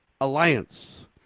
Alliance